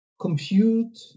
Compute